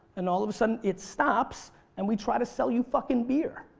and all of a sudden it stops and we try to sell you fucking beer.